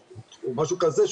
או משהו כזה,